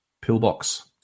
pillbox